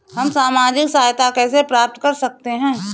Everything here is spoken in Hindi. हम सामाजिक सहायता कैसे प्राप्त कर सकते हैं?